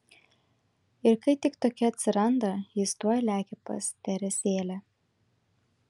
ir kai tik tokia atsiranda jis tuoj lekia pas teresėlę